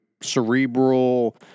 cerebral